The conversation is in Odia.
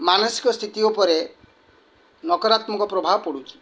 ମାନସିକ ସ୍ଥିତି ଉପରେ ନକରାତ୍ମକ ପ୍ରଭାବ ପଡ଼ୁଛି